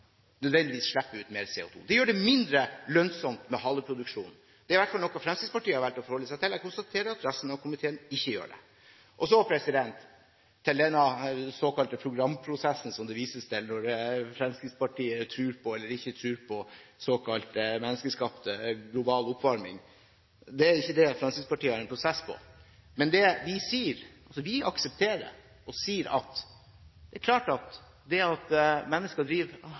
nødvendigvis slipper ut mer CO2. Det gjør det mindre lønnsomt med haleproduksjon. Det er i hvert fall noe Fremskrittspartiet har valgt å forholde seg til. Jeg konstaterer at resten av komiteen ikke gjør det. Så til denne såkalte programprosessen som det vises til når det gjelder om Fremskrittspartiet tror på eller ikke tror på såkalt menneskeskapt global oppvarming. Det er ikke det Fremskrittspartiet har en prosess på. Men vi aksepterer, og vi sier, at det er klart at menneskelig aktivitet påvirker klimaet, på samme måte som det